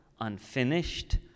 unfinished